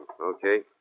Okay